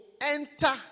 enter